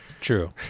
True